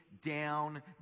down